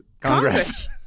Congress